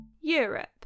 Europe